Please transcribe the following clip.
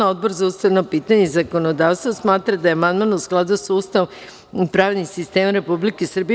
Odbor za ustavna pitanja i zakonodavstvo smatra da je amandman u skladu sa Ustavom i pravnim sistemom Republike Srbije.